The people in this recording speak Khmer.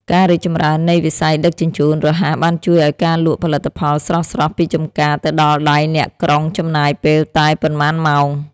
ការរីកចម្រើននៃវិស័យដឹកជញ្ជូនរហ័សបានជួយឱ្យការលក់ផលិតផលស្រស់ៗពីចម្ការទៅដល់ដៃអ្នកក្រុងចំណាយពេលតែប៉ុន្មានម៉ោង។